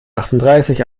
achtunddreißig